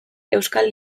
euskal